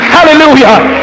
Hallelujah